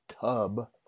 tub